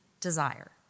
desire